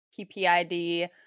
PPID